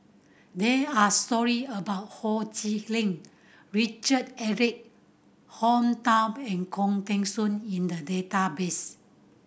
there are story about Ho Chee Lick Richard Eric Holttum and Khoo Teng Soon in the database